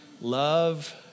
Love